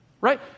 Right